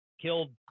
killed